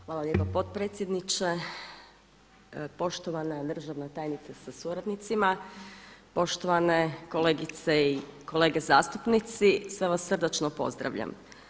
Hvala lijepa potpredsjedniče, poštovana državna tajnice sa suradnicima, poštovane kolegice i kolege zastupnici, sve vas srdačno pozdravljam.